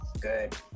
Good